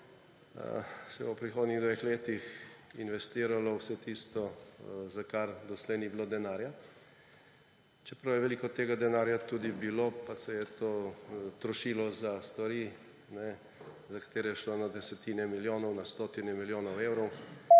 se bo v prihodnjih dveh letih investiralo vse tisto, za kar doslej ni bilo denarja, čeprav je veliko tega denarja tudi bilo, pa se je to trošilo za stvari, za katere je šlo na desetine milijonov, na stotine milijonov evrov,